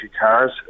cars